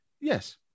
Yes